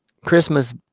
Christmas